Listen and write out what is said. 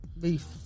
Beef